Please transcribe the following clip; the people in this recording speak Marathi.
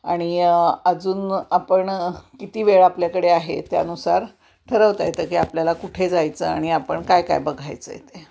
आणि अजून आपण किती वेळ आपल्याकडे आहे त्यानुसार ठरवता येतं की आपल्याला कुठे जायचं आणि आपण काय काय बघायचं आहे ते